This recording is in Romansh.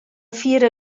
fiera